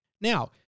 Now